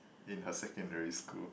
in her secondary school